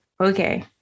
okay